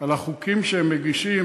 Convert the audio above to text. על החוקים שהם מגישים,